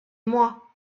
moi